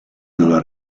dalla